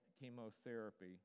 chemotherapy